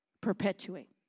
Perpetuate